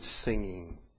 singing